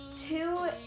two